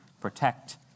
protect